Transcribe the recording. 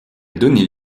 donné